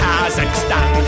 Kazakhstan